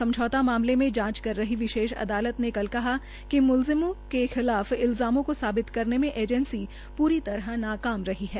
समझौता मामले में जांच कर रही विशेष अदालत ने कल कहा कि मुलजिमों के खिलाफ इल्जामों को साबित करने में एजेंसी पूरी तरह नाकाम रही है